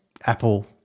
Apple